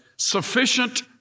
Sufficient